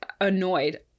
annoyed